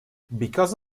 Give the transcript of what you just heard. because